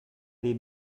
dei